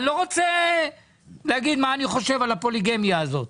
אני לא רוצה להגיד מה אני חושב על הפוליגמיה הזאת.